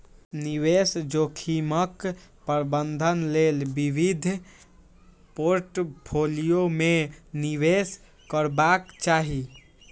निवेश जोखिमक प्रबंधन लेल विविध पोर्टफोलियो मे निवेश करबाक चाही